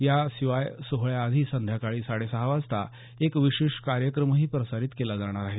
याशिवाय सोहळ्याआधी संध्याकाळी साडेसहा वाजता एक विशेष कार्यक्रमही प्रसारीत केला जाणार आहे